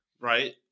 Right